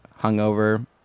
hungover